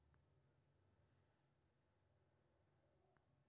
भारत मे फसल केर रिकॉर्ड स्तर पर उत्पादन भए रहल छै